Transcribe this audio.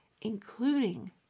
including